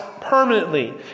permanently